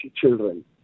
children